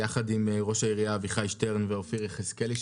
יחד עם ראש העירייה אביחי שטרן ואופיר יחזקאלי,